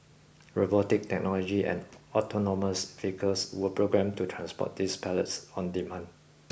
robotic technology and autonomous vehicles were programmed to transport these pallets on demand